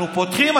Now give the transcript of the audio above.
אנחנו פותחים,